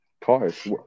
cars